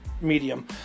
medium